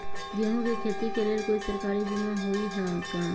गेंहू के खेती के लेल कोइ सरकारी बीमा होईअ का?